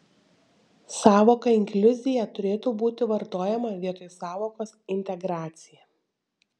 sąvoka inkliuzija turėtų būti vartojama vietoj sąvokos integracija